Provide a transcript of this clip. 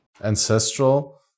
ancestral